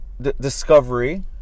Discovery